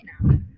now